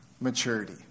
maturity